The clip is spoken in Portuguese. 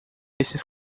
esses